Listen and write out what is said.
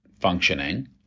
functioning